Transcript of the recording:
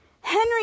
Henry